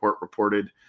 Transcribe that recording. reported